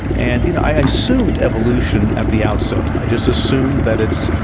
and, you know, i assumed evolution at the outset. i just assumed that it's,